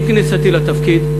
עם כניסתי לתפקיד,